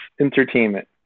entertainment